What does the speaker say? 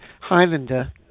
Highlander